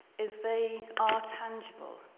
is they are tangible,